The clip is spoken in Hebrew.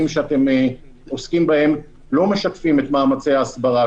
שאתם עוסקים בהם לא משקפים את מאמצי ההסברה,